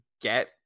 get